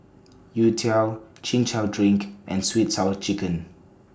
Youtiao Chin Chow Drink and Sweet Sour Chicken